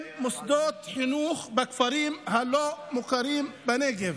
מוסדות חינוך בכפרים הלא-מוכרים בנגב.